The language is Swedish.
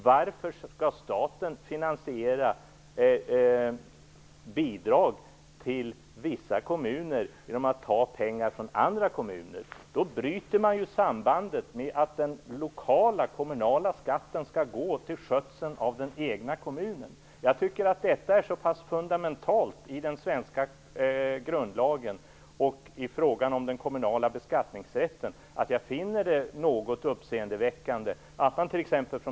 Varför skall staten finansiera bidrag till vissa kommuner genom att ta pengar från andra kommuner? Då bryter man ju sambandet med att den lokala kommunala skatten skall gå till skötseln av den egna kommunen. Jag tycker att detta är så fundamentalt i den svenska grundlagen i fråga om den kommunala beskattningsrätten att jag finner det något uppseendeväckande att t.ex.